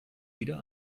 weder